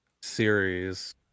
series